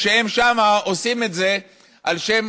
כשהם שם עושים את זה על שם